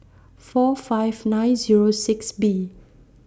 four five nine Zero six B